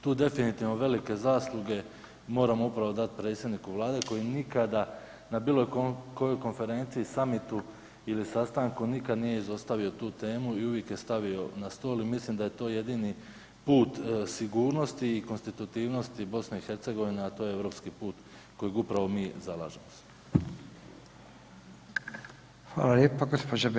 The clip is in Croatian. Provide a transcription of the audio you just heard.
Tu definitivno velike zasluge moramo upravo dat predsjedniku vlade koji nikada na bilo kojoj konferenciji, samitu ili sastanku, nikad nije izostavio tu temu i uvijek je stavio na stol i mislim da je to jedini put sigurnosti i konstitutivnosti BiH, a to je europski put kojeg upravo mi zalažemo se.